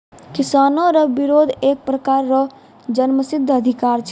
किसानो रो बिरोध एक प्रकार रो जन्मसिद्ध अधिकार छै